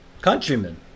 Countrymen